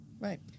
right